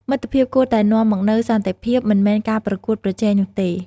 មិត្តភាពគួរតែនាំមកនូវសន្តិភាព មិនមែនការប្រកួតប្រជែងនោះទេ។